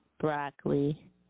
broccoli